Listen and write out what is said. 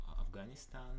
Afghanistan